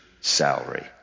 salary